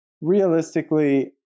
realistically